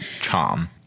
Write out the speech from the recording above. charm